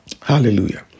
Hallelujah